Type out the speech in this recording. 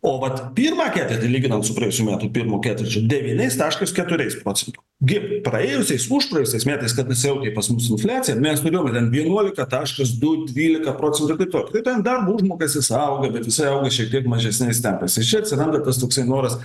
o vat pirmą ketvirtį lyginant su praėjusių metų pirmu ketvirčiu devyniais taškas keturiais procento gi praėjusiais užpraėjusiais metais kada siautė pas mus infliacija mes turėjom ten vienuolika taškas du dvylika procentų ir taip toliau tai ten darbo užmokestis auga bet jisai auga šiek tiek mažesniais tempais iš čia atsiranda tas toksai noras